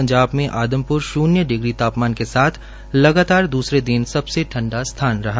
पंजाब में आदमप्र शून्य डिग्री ताममान के साथ लगातार दूसरे दिन सबसे ठंडा स्थान रहा